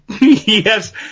Yes